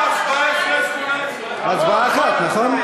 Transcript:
אחת, נכון?